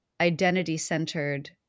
identity-centered